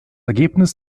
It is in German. ergebnis